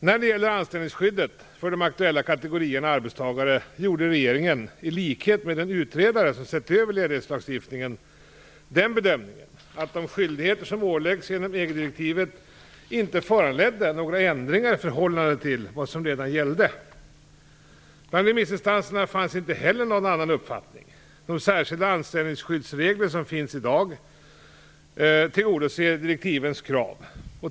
När det gäller anställningsskyddet för de aktuella kategorierna abetstagare gjorde regeringen - i likhet med den utredare som sett över ledighetslagstiftningen - den bedömningen att de skyldigheter som åläggs genom EG-direktivet inte föranledde några ändringar i förhållande till vad som redan gällde. Bland remissinstanserna fanns inte heller någon annan uppfattning. De särskilda anställningsskyddsregler som finns i dag tillgodoser direktivets krav.